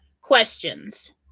questions